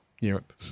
Europe